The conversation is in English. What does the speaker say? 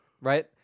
Right